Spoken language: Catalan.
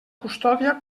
custòdia